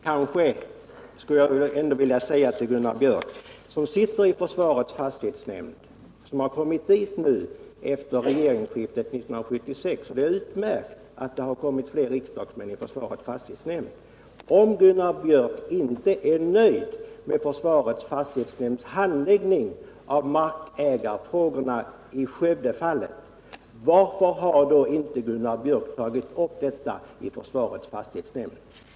Slutligen skulle jag vilja ställa en fråga till Gunnar Björk, som invalts i försvarets fastighetsnämnd efter regeringsskiftet 1976 — och det är utmärkt att det kommit fler riskdagsmän till nämnden. Om Gunnar Björk inte är nöjd med försvarets fastighetsnämnds handläggning av markägarfrågorna i Skövdefallet, varför har han då inte tagit upp detta i nämnden?